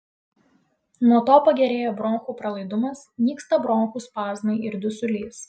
nuo to pagerėja bronchų pralaidumas nyksta bronchų spazmai ir dusulys